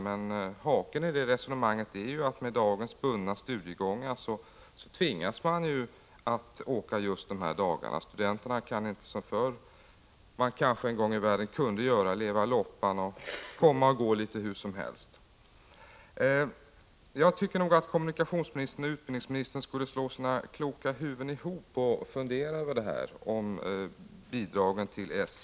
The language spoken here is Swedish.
Men haken i det resonemanget är att studenterna på grund av dagens bundna studiegångar tvingas att resa just dessa dagar. De kan inte på samma sätt som studenterna kanske kunde förr leva loppan och komma och gå till utbildningen litet hur som helst. Jag tycker att kommunikationsministern och utbildningsministern skulle slå sina kloka huvuden ihop och fundera över det här bidraget till SJ.